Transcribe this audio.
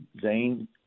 Zane